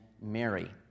Mary